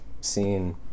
seen